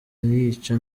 arayica